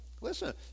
Listen